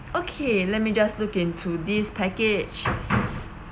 okay let me just look into this package